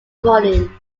volume